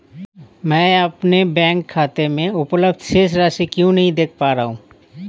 मैं अपने बैंक खाते में उपलब्ध शेष राशि क्यो नहीं देख पा रहा हूँ?